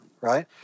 right